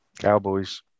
Cowboys